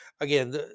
again